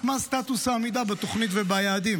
מה סטטוס העמידה בתוכנית וביעדים?